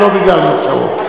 זה לא בגלל מוצאו.